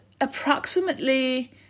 approximately